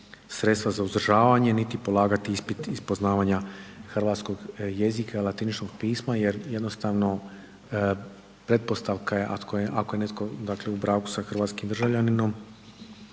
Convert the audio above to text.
sredstva za uzdržavanje niti polagati ispit iz poznavanja hrvatskog jezika i latiničnog pisma jer jednostavno pretpostavka je ako je neko u braku sa hrvatskim državljaninom